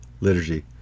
liturgy